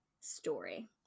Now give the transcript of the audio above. story